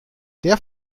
der